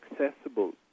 accessible